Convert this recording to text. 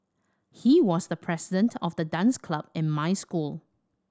he was the president of the dance club in my school